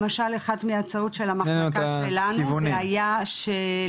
למשל אחת מההצעות של המחלקה שלנו זה היה שלמשל